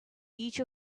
each